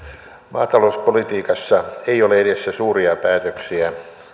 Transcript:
maatalouspolitiikassa ei ole edessä suuria päätöksiä